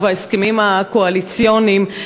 ובהסכמים הקואליציוניים,